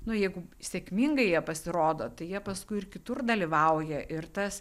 nu jeigu sėkmingai jie pasirodo tai jie paskui ir kitur dalyvauja ir tas